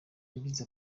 yagize